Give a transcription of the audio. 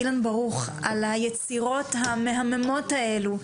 אילן ברוך על היצירות המהממות האלו,